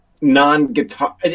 non-guitar